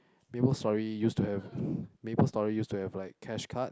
Maple Story used to have Maple Story used to have like cash card